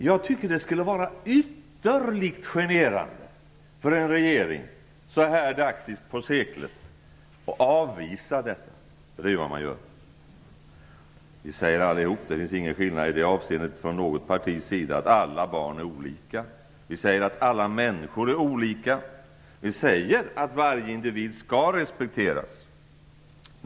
Jag tycker att det skulle vara ytterligt generande för en regering att så här dags på seklet avvisa detta, för det är vad man gör. Vi säger alla - det finns ingen skillnad i det avseendet från något partis sida - att alla barn är olika. Vi säger att alla människor är olika. Vi säger att varje individ skall respekteras.